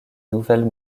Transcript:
nouvelles